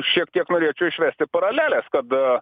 šiek tiek norėčiau išvesti paraleles kad